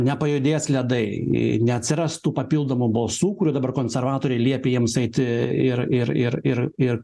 nepajudės ledai neatsiras tų papildomų balsų kurių dabar konservatoriai liepė jiems eit ir ir ir ir ir